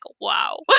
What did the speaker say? wow